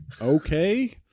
okay